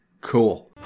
cool